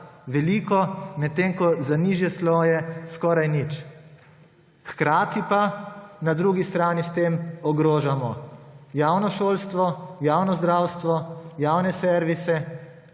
veliko, medtem ko za nižje sloje skoraj nič – hkrati na drugi strani s tem ogrožamo javno šolstvo, javno zdravstvo, javne servise,